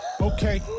okay